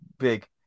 big